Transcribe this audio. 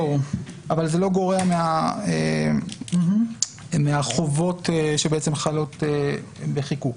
זה לא גורע מהחובות שחלות בחיקוק.